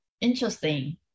interesting